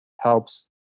helps